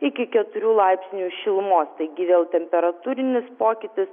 iki keturių laipsnių šilumos taigi vėl temperatūrinis pokytis